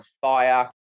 fire